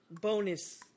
Bonus